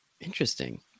Interesting